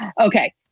Okay